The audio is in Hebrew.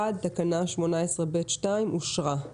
פה אחד, תקנה 18ב(2) אושרה.